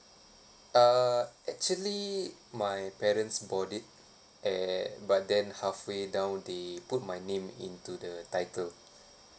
uh actually my parents bought it and but then halfway down they put my name into the title